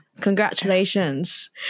congratulations